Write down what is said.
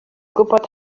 gwbod